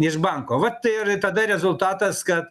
iš banko vat ir tada rezultatas kad